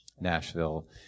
Nashville